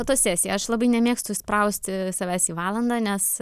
fotosesiją aš labai nemėgstu įsprausti savęs į valandą nes